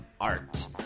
art